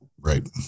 right